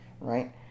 right